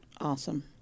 Awesome